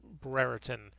Brereton